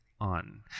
on